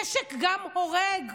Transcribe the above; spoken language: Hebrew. נשק גם הורג.